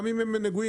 גם אם הם נגועים,